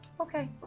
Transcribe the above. Okay